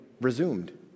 resumed